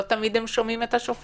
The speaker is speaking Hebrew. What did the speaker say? לא תמיד הם שומעים את השופט.